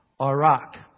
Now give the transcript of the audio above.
Iraq